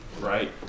right